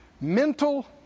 Mental